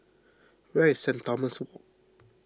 where is Saint Thomas Walk